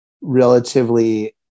relatively